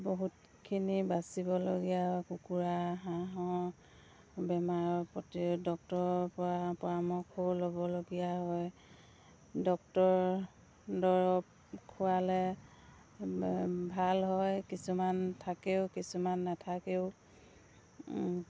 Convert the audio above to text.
বহুতখিনি বাচিবলগীয়া হয় কুকুৰা হাঁহৰ বেমাৰৰ প্ৰতি ডক্তৰৰ পৰা পৰামৰ্শও ল'বলগীয়া হয় ডক্তৰ দৰৱ খোৱালে ভাল হয় কিছুমান থাকেও কিছুমান নাথাকেও